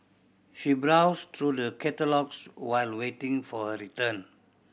she browsed through the catalogues while waiting for her return